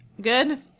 good